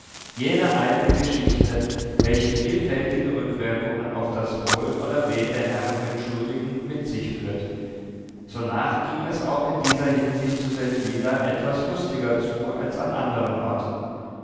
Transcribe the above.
jene alte geschichte welche vielfältige rückwirkungen auf das wohl oder weh der herren mitschuldigen mit sich führt sonach ging es auch in dieser hinsicht zu seldwyla etwas lustiger zu als an anderen orten